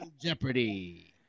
jeopardy